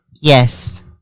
Yes